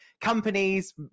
companies